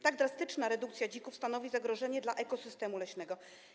Tak drastyczna redukcja dzików stanowi zagrożenie dla ekosystemu leśnego.